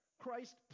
Christ